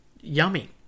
yummy